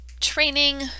training